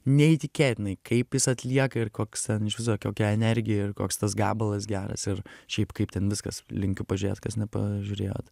neįtikėtinai kaip jis atlieka ir koks ten išviso kokia energija ir koks tas gabalas geras ir šiaip kaip ten viskas linkiu pažiūrėt kas nepažiūrėjot